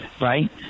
right